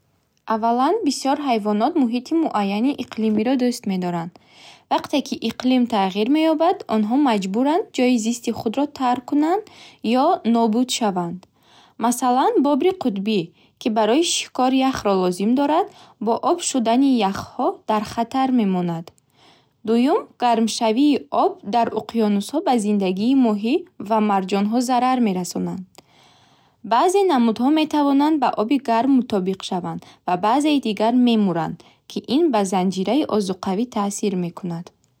Аввалан, бисёр ҳайвонот муҳити муайяни иқлимиро дӯст медоранд. Вақте, ки иқлим тағйир меёбад, онҳо маҷбуранд ҷойи зисти худро тарк кунанд ё нобут шаванд. Масалан, бобри қутбӣ, ки барои шикор яхро лозим дорад, бо об шудани яхҳо дар хатар мемонад. Дуюм, гармшавии об дар уқёнусҳо ба зиндагии моҳӣ ва марҷонҳо зарар мерасонад. Баъзе намудҳо наметавонанд ба оби гарм мутобиқ шаванд ва баъзеи дигар мемуранд, ки ин ба занҷираи озуқавӣ таъсир мекунад.